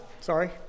Sorry